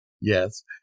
Yes